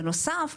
בנוסף,